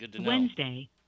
Wednesday